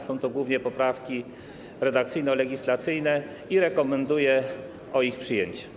Są to głównie poprawki redakcyjno-legislacyjnie i komisja rekomenduje ich przyjęcie.